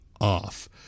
off